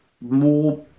more